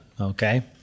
okay